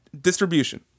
distribution